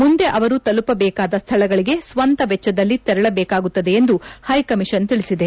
ಮುಂದೆ ಅವರು ತಲುಪಬೇಕಾದ ಸ್ವಳಗಳಿಗೆ ಸ್ವಂತ ವೆಚ್ವದಲ್ಲಿ ತೆರಳಬೇಕಾಗುತ್ತದೆ ಎಂದು ಹೈ ಕಮೀಷನ್ ತಿಳಿಸಿದೆ